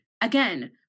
again